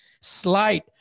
slight